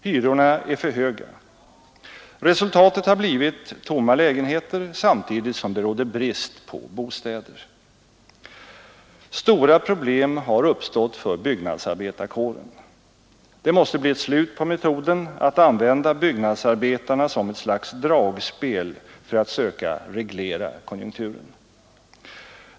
Hyrorna är för höga. Resultatet har blivit tomma lägenheter samtidigt som det råder brist på bostäder. Stora problem har uppstått för byggnadsarbetarkåren. Det måste bli ett slut på metoden att använda byggnadsarbetarna som ett slags dragspel för att söka reglera konjunkturen.